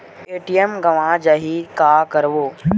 ATM गवां जाहि का करबो?